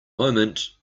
moment